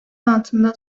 altında